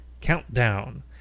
Countdown